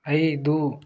ఐదు